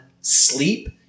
sleep